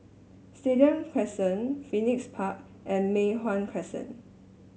Stadium Crescent Phoenix Park and Mei Hwan Crescent